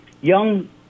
young